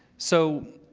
so